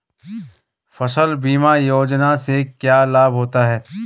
फसल बीमा योजना से क्या लाभ होता है?